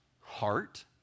heart